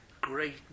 great